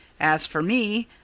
as for me,